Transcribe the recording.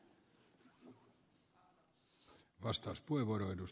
arvoisa puhemies